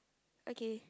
okay